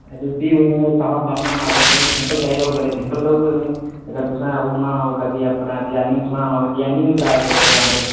भी तुसें उत्ता स्हाबा बनाना अगर तुसें सिंपल चाहिदा होगा तां सिंपल देई ओड़गे तुसें ई अगर तुसें ओह् बनाना होग अपने डिजाइनिंग च बनाना होग डिजाइनिंग बी त्रै तरीके दे औंदे